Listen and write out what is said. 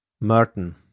Merton